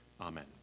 Amen